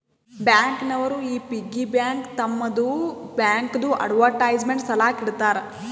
bank ನವರು ಈ piggy bank ತಮ್ಮದು ಬ್ಯಾಂಕ್ದು ಅಡ್ವರ್ಟೈಸ್ಮೆಂಟ್ ಸಲಾಕ ಇಡ್ತಾರ